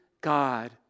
God